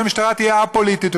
שהמשטרה תהיה א-פוליטית.